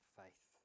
faith